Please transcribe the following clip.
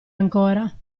ancora